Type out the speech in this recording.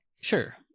Sure